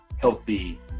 healthy